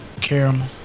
Caramel